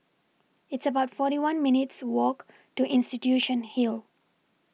It's about forty one minutes Walk to Institution Hill